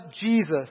Jesus